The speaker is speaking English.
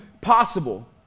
possible